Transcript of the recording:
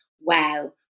wow